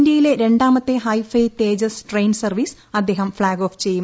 ഇന്ത്യയിലെ രണ്ടാമത്തെ hi fi Tejas train service അദ്ദേഹം ഫ്ളാഗ് ഓഫ് ചെയ്യും